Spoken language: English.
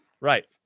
Right